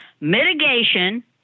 Mitigation